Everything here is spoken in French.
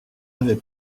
avait